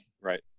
right